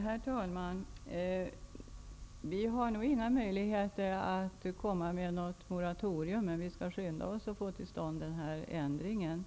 Herr talman! Vi har nog inga möjligheter att införa ett moratorium. Men vi skall skynda oss att få till stånd en ändring.